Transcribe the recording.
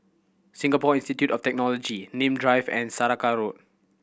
Singapore Institute of Technology Nim Drive and Saraca Road